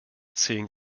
zehn